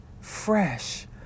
fresh